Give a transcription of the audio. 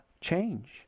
change